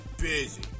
busy